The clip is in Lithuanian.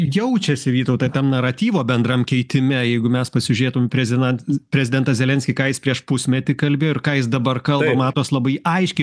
jaučiasi vytautai tam naratyvo bendram keitime jeigu mes pasižiūrėtum prezinant prezidentą zelenskį ką jis prieš pusmetį kalbėjo ir ką jis dabar kalba matos labai aiškiai